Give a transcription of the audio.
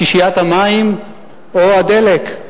שישיית המים או הדלק.